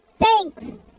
Thanks